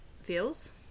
feels